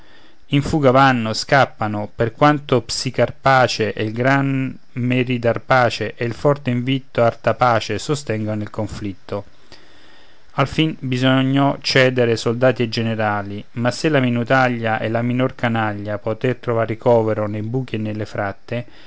in fuga vanno scappano per quanto psicarpace e il gran meridarpace e il forte invitto artapace sostengano il conflitto alfin bisognò cedere soldati e generali ma se la minutaglia e la minor canaglia poté trovar ricovero nei buchi nelle fratte